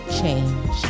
change